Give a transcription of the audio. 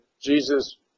Jesus